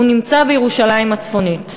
הוא נמצא בירושלים הצפונית.